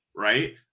right